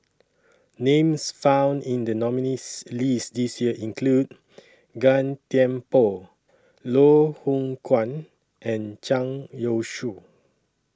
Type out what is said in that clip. Names found in The nominees' list This Year include Gan Thiam Poh Loh Hoong Kwan and Zhang Youshuo